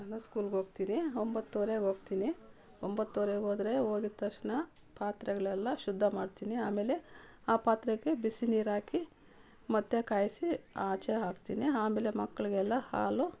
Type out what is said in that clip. ನಾನು ಸ್ಕೂಲ್ಗೆ ಹೋಗ್ತೀನಿ ಒಂಬತ್ತುವರೆಗೆ ಹೋಗ್ತೀನಿ ಒಂಬತ್ತುವರೆಗೆ ಹೋದ್ರೆ ಹೋಗಿದ ತಕ್ಷಣ ಪಾತ್ರೆಗಳೆಲ್ಲ ಶುದ್ಧ ಮಾಡ್ತೀನಿ ಆಮೇಲೆ ಆ ಪಾತ್ರೆಗೆ ಬಿಸಿ ನೀರು ಹಾಕಿ ಮತ್ತು ಕಾಯಿಸಿ ಆಚೆ ಹಾಕ್ತೀನಿ ಆಮೇಲೆ ಮಕ್ಳಿಗೆಲ್ಲ ಹಾಲು